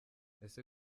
ese